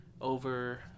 over